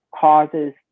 causes